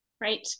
Right